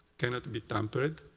cannot be tampered.